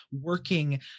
working